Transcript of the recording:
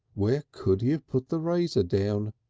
where could he have put the razor down?